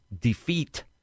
defeat